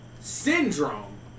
Syndrome